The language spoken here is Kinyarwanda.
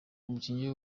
umukinnyi